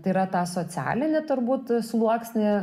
tai yra tą socialinį turbūt sluoksnį